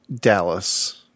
Dallas